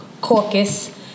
caucus